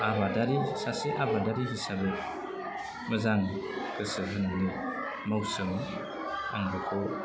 आबादारि सासे आबादारि हिसाबै मोजां गोसो होनानै मावसोमो आं बेखौ